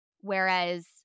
Whereas